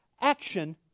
action